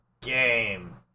Game